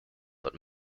but